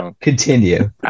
Continue